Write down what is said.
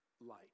light